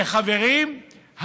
וחברים,